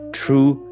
true